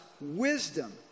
wisdom